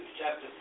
chapter